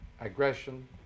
aggression